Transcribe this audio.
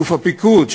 אלוף הפיקוד,